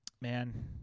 Man